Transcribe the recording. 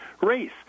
race